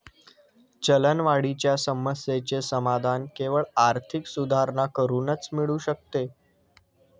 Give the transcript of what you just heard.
चलनवाढीच्या समस्येचे समाधान केवळ आर्थिक सुधारणा करूनच मिळू शकते